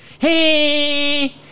Hey